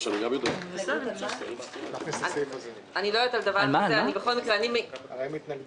אנחנו בדיון הקודם הבנו, כמו שהציגו